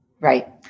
Right